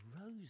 rose